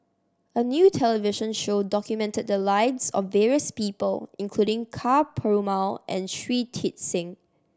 a new television show documented the lives of various people including Ka Perumal and Shui Tit Sing